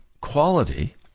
quality